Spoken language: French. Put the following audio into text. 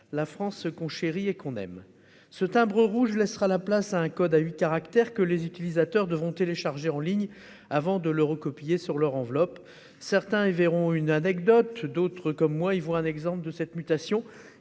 la France qu'on chérit et qu'on aime ! Ce timbre rouge laissera la place à un code à huit caractères, que les utilisateurs devront télécharger en ligne avant de le recopier sur leur enveloppe. Certains y verront une anecdote ; d'autres, comme moi, un exemple d'une mutation